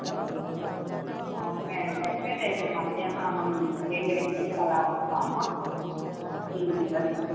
okay అండి అయితే రేపు మధ్యహానం రెండు గంటలకి అలా వస్తాము త్రీ మెంబెర్స్ వస్తాము